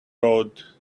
road